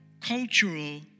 cultural